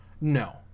No